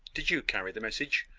did you carry the message?